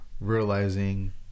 realizing